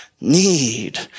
need